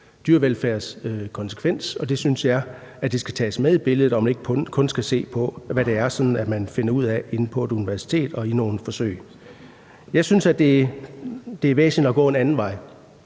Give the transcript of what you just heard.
dyrevelfærdskonsekvens, og det synes jeg skal tages med i billedet. Man skal ikke kun se på, hvad det er, man finder ud af inde på et universitet og i nogle forsøg. Jeg synes, det er væsentligt at gå en anden vej,